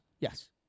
Yes